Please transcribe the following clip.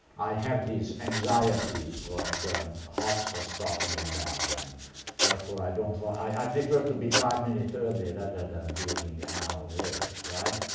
i have these anxieties, what hobbes was talking about, about, and therefore i don't want i prefer to be five minutes early, rather than being an hour late. right?